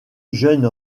jeune